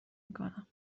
میکنم